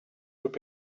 would